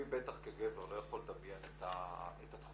אני בטח כגבר לא יכול לדמיין את התחושה